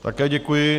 Také děkuji.